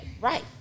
right